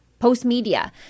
PostMedia